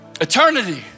eternity